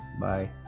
Bye